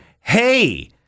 hey